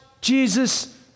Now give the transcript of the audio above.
Jesus